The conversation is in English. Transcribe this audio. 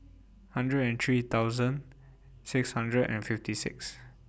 hundred and three thousand six hundred and fifty six